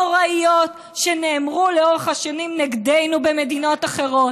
נוראיות, שנאמרו לאורך השנים נגדנו במדינות אחרות.